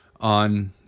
on